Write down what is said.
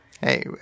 Hey